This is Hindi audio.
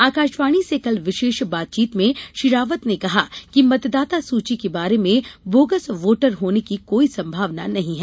आकाशवाणी से कल विशेष बातचीत में श्री रावत ने कहा कि मतदाता सूची के बारे में बोगस वोटर होने की कोई संभावना नहीं है